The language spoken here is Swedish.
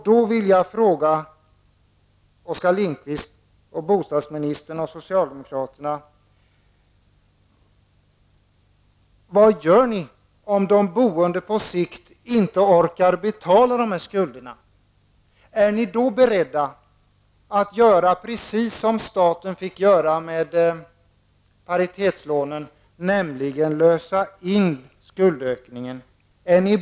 Jag ställer frågan till Oskar Lindkvist, bostadsministern och socialdemokraterna:Vad gör ni om de boende på sikt inte orkar betala sina skulder? Är ni då beredda att göra precis som staten fick göra med paritetslånen, nämligen lösa in skuldökningen?